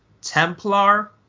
Templar